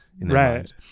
Right